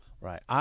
Right